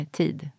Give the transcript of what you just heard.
tid